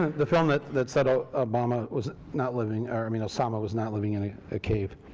the film that that said ah ah obama was not living or i mean osama was not living in a ah cave.